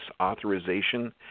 authorization